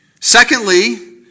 Secondly